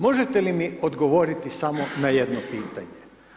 Možete li mi odgovoriti samo na jedno pitanje.